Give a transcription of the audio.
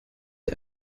der